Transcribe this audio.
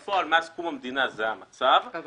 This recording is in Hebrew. אבל בפועל זה המצב מאז קום המדינה.